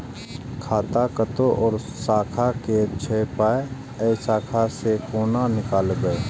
खाता कतौ और शाखा के छै पाय ऐ शाखा से कोना नीकालबै?